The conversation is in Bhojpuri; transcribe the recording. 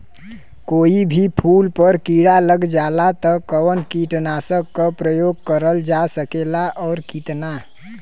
कोई भी फूल पर कीड़ा लग जाला त कवन कीटनाशक क प्रयोग करल जा सकेला और कितना?